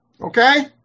Okay